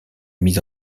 mise